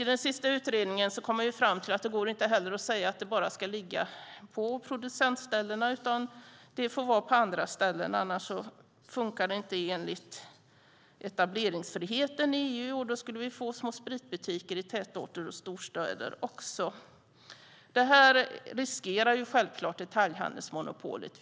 I den senaste utredningen kom man fram till att det inte heller går att säga att försäljningen bara ska ligga på producentställena. Den får ske på andra ställen, annars funkar det inte enligt etableringsfriheten i EU. Då skulle vi få små spritbutiker i tätorter och i storstäder också. Det här riskerar självklart detaljhandelsmonopolet.